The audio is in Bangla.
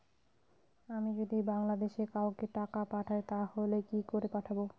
আমি যদি বাংলাদেশে কাউকে টাকা পাঠাই তাহলে কি করে পাঠাবো?